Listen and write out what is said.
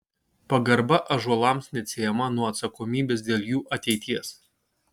pagarba ąžuolams neatsiejama nuo atsakomybės dėl jų ateities